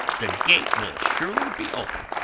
the gate will surely be open.